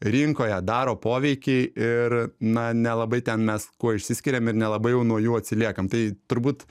rinkoje daro poveikį ir na nelabai ten mes kuo išsiskiriam ir nelabai jau nuo jų atsiliekam tai turbūt